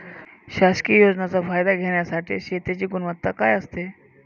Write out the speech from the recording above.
शासकीय योजनेचा फायदा घेण्यासाठी शेतीची गुणवत्ता काय असते?